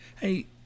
Hey